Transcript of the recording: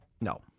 no